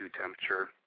temperature